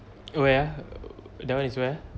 where ah that one is where